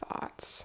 thoughts